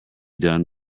done